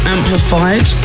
Amplified